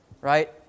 Right